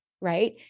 right